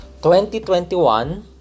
2021